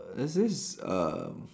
let's just uh